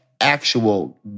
actual